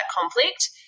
conflict